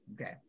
Okay